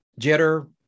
jitter